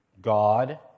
God